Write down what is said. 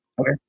Okay